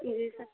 جی سر